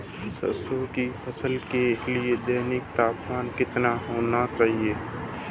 सरसों की फसल के लिए दैनिक तापमान कितना होना चाहिए?